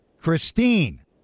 Christine